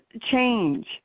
change